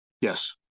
Yes